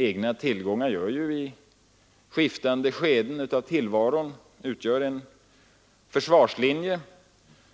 Egna tillgångar utgör i skiftande skeden av tillvaron en försvarslinje,